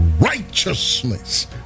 righteousness